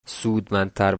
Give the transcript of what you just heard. سودمندتر